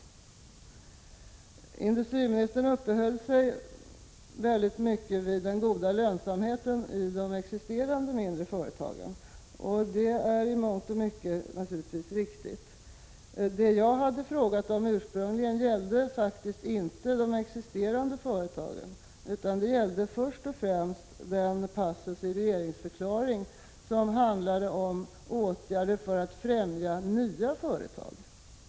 Industriministern uppehöll sig vid den goda lönsamheten i de existerande mindre företagen. Det är i mångt och mycket naturligtvis riktigt. Vad jag hade frågat om ursprungligen gällde faktiskt inte de existerande företagen, utan det gällde först och främst den passus i regeringsförklaringen som handlade om åtgärder för att främja nya företag.